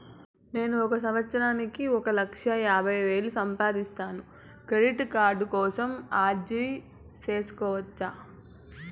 నేను ఒక సంవత్సరానికి ఒక లక్ష యాభై వేలు సంపాదిస్తాను, క్రెడిట్ కార్డు కోసం అర్జీ సేసుకోవచ్చా?